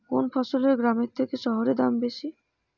কোন ফসলের গ্রামের থেকে শহরে দাম বেশি?